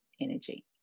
energy